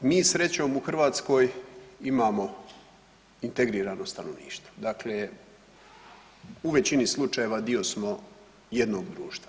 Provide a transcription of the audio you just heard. Mi srećom u Hrvatskoj imamo integrirano stanovništvo, dakle u većini slučajeva, dio smo jednog društva.